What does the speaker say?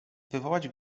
wywołać